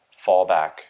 fallback